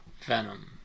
Venom